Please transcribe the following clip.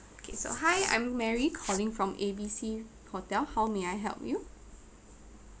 okay so hi I'm mary calling from A B C hotel how may I help you